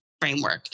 framework